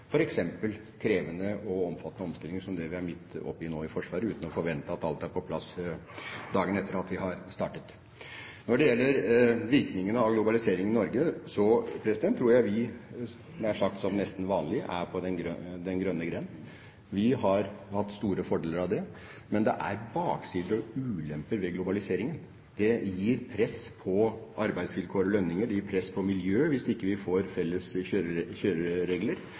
krevende og omfattende omstillinger som det vi er midt oppe i nå i Forsvaret, uten å forvente at alt er på plass dagen etter at vi har startet. Når det gjelder virkningene av globaliseringen i Norge, tror jeg vi – faktisk nesten som vanlig – er på den grønne gren. Vi har hatt store fordeler av det. Men det er baksider og ulemper ved globaliseringen. Det gir press på arbeidsvilkår og lønninger, og det gir press på miljøet hvis vi ikke får felles kjøreregler.